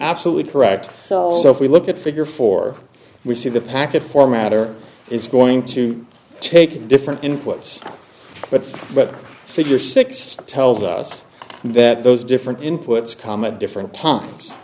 absolutely correct so if we look at figure four we see the packet format or it's going to take different inputs but but figure six tells us that those different inputs calm at different times